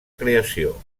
creació